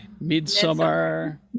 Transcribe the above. Midsummer